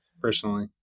personally